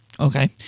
Okay